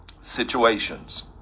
situations